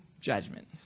judgment